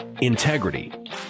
integrity